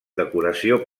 decoració